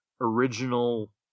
original